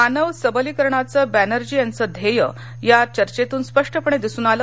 मानव सबलीकरणाचं बॅनर्जी यांचं ध्येय या चर्चेतून स्पष्टपणे दिसून आलं